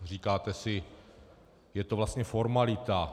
Říkáte si, je to vlastně formalita.